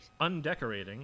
undecorating